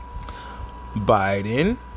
Biden